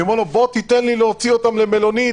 אני אומר לו: תיתן לי להוציא אותם למלונית,